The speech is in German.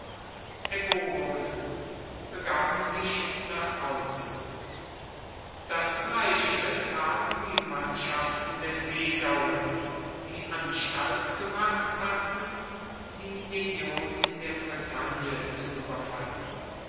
begaben sich nach hause das gleiche taten die mannschaften der seegaue die anstalt gemacht hatten die legion in der bretagne zu überfallen